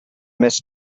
més